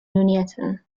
nuneaton